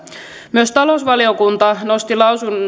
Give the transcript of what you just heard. myös talousvaliokunta nosti